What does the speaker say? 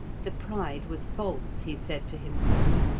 the pride was false, he said to himself,